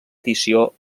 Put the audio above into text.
edició